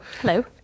Hello